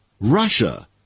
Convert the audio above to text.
Russia